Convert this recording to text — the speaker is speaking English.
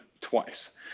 twice